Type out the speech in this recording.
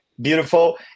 beautiful